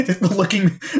looking